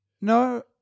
No